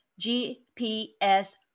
GPS